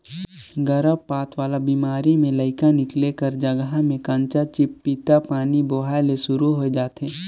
गरभपात वाला बेमारी में लइका निकले कर जघा में कंचा चिपपिता पानी बोहाए ले सुरु होय जाथे